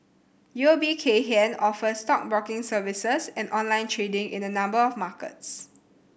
U O B Kay Hian offers stockbroking services and online trading in a number of markets